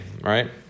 right